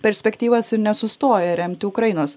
perspektyvas ir nesustoja remti ukrainos